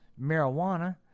marijuana